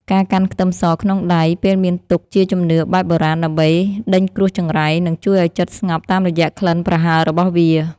ការកាន់ខ្ទឹមសក្នុងដៃពេលមានទុក្ខជាជំនឿបែបបុរាណដើម្បីដេញគ្រោះចង្រៃ និង ជួយឱ្យចិត្តស្ងប់តាមរយៈក្លិនប្រហើររបស់វា។